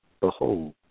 behold